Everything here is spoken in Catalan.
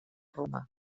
romà